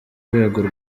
rwego